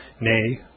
nay